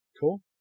Cool